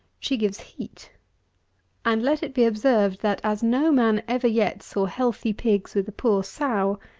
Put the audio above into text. she gives heat and, let it be observed, that as no man ever yet saw healthy pigs with a poor sow,